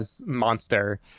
monster